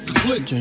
click